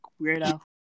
weirdo